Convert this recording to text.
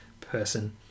person